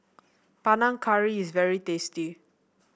Panang Curry is very tasty